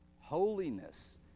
holiness